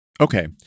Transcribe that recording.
Okay